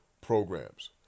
programs